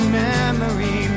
memory